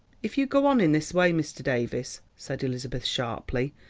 if you go on in this way, mr. davies, said elizabeth sharply,